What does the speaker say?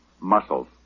Muscles